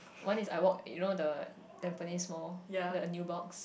one is I walk you know the Tampines-Mall the a Nubox